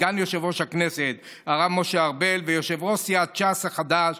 סגן יושב-ראש הכנסת הרב משה ארבל ויושב-ראש סיעת ש"ס החדש